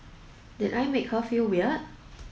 did I make her feel weird